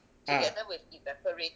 ah